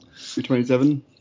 27